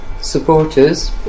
supporters